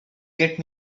get